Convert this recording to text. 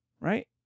Right